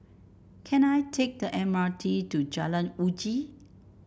can I take the M R T to Jalan Uji